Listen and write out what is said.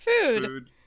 food